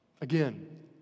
again